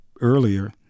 earlier